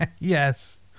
Yes